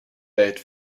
date